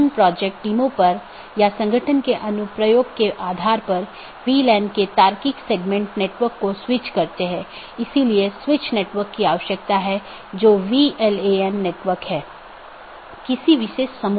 मुख्य रूप से दो BGP साथियों के बीच एक TCP सत्र स्थापित होने के बाद प्रत्येक राउटर पड़ोसी को एक open मेसेज भेजता है जोकि BGP कनेक्शन खोलता है और पुष्टि करता है जैसा कि हमने पहले उल्लेख किया था कि यह कनेक्शन स्थापित करता है